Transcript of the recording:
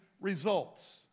results